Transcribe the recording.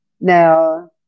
Now